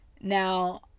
Now